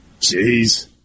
Jeez